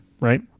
right